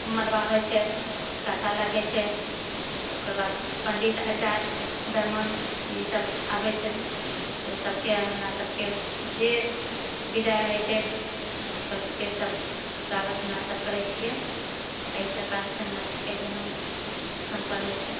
मड़बा होइ छै कसा लगै छै ओकर बाद पण्डित अचार्य ब्राह्मण ई सभ आबै छथिन ओ सभकेँ हमरा सभकेँ जे विदाइ होइ छै हुनकर सभकेँ सभ स्वागत हमरासभ करै छियै एहि प्रकारसँ हमरा सभकेँ जनउ सम्पन्न होइ छै